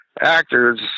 actors